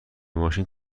ماشین